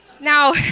Now